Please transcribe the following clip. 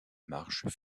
marche